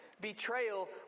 betrayal